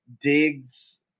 digs